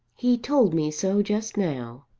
he told me so just now.